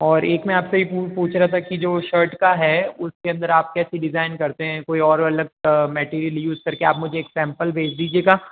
और एक मैं आपसे ये पूछ रहा था कि जो शर्ट का है उसके अंदर आप कैसी डिजाइन करते हैं कोई और अलग मेटेरियल यूज़ करके आप मुझे एक सैंपल भेज दीजिएगा